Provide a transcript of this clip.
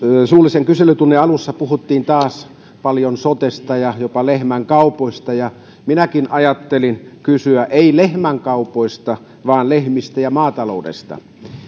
suullisen kyselytunnin alussa puhuttiin taas paljon sotesta ja jopa lehmänkaupoista minäkin ajattelin kysyä ei lehmänkaupoista vaan lehmistä ja maataloudesta